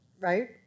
right